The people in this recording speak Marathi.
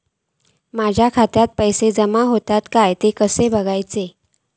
माझ्या खात्यात पैसो जमा होतत काय ता कसा बगायचा?